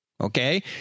Okay